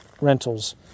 rentals